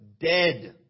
dead